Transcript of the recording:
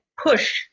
push